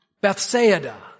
Bethsaida